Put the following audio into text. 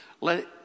Let